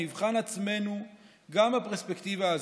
נבחן את עצמנו גם בפרספקטיבה הזאת.